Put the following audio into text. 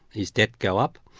his debt go up,